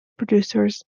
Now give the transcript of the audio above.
producers